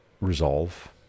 resolve